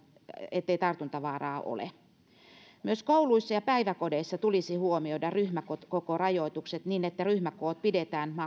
ettei tartuntavaaraa ole myös kouluissa ja päiväkodeissa tulisi huomioida ryhmäkokorajoitukset niin että ryhmäkoot pidetään maksimissaan